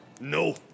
No